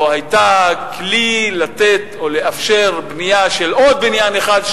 או היתה כלי לתת או לאפשר בנייה של עוד בניין אחד,